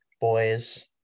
boys